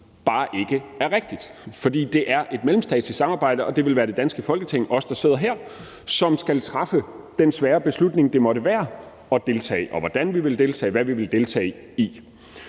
bare ikke er rigtige. For det er et mellemstatsligt samarbejde, og det vil være det danske Folketing, os, der sidder her, som skal træffe den svære beslutning, der måtte være om at deltage, hvordan vi vil deltage, og hvad vi vil deltage i.